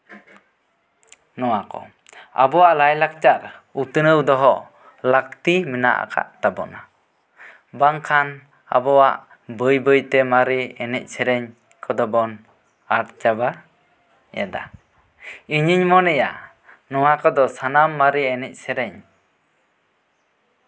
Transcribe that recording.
ᱱᱚᱶᱟ ᱠᱚ ᱟᱵᱚᱣᱟᱜ ᱞᱟᱭᱼᱞᱟᱠᱪᱟᱨ ᱩᱛᱱᱟᱹᱣ ᱫᱚᱦᱚ ᱞᱟᱹᱠᱛᱤ ᱢᱮᱱᱟᱜ ᱟᱠᱟᱫ ᱛᱟᱵᱚᱱᱟ ᱵᱟᱝᱠᱷᱟᱱ ᱟᱵᱚᱣᱟᱜ ᱵᱟᱹᱭᱼᱵᱟᱹᱭ ᱛᱮ ᱢᱟᱨᱮ ᱮᱱᱮᱡᱼᱥᱮᱹᱨᱮᱹᱧ ᱠᱚᱫᱚ ᱵᱚᱱ ᱟᱫ ᱪᱟᱵᱟ ᱮᱫᱟ ᱤᱧᱤᱧ ᱢᱚᱱᱮᱭᱟ ᱱᱚᱶᱟ ᱠᱚᱫᱚ ᱥᱟᱱᱟᱢ ᱢᱟᱨᱮ ᱮᱱᱮᱡᱼᱥᱮᱹᱨᱮᱹᱧ